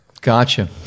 Gotcha